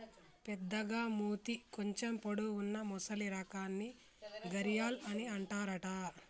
పెద్దగ మూతి కొంచెం పొడవు వున్నా మొసలి రకాన్ని గరియాల్ అని అంటారట